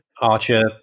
archer